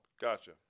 Gotcha